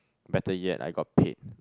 better yet I got paid